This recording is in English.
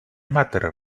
matter